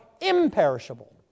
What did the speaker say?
imperishable